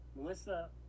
Melissa